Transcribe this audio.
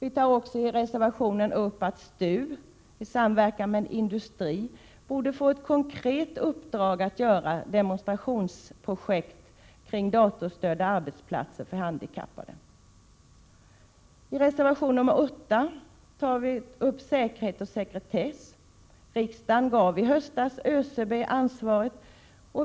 I reservationen tas också upp att STU i samverkan med industrin borde få ett konkret uppdrag att utforma demonstrationsprojekt kring datorstödda arbetsplatser för handikappade. Reservation nr 8 gäller säkerhet och sekretess. Riksdagen gav i höstas ÖCB ansvaret.